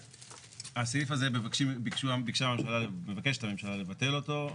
הסעיף הזה מבקשת הממשלה לבטל אותו,